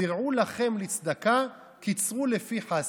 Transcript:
"זרעו לכם לצדקה קצרו לפי חסד"